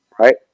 Right